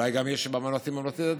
אולי גם יש בממלכתי ובממלכתי-דתי,